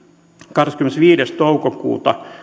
kahdeskymmenesviides toukokuuta